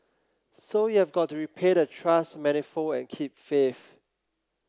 so you have got to repay the trust manifold and keep faith